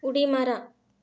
उडी मारा